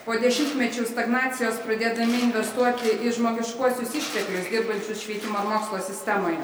po dešimtmečių stagnacijos pradėdami investuoti į žmogiškuosius išteklius dirbančius švietimo ir mokslo sistemoje